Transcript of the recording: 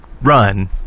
run